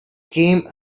came